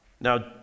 now